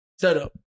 setup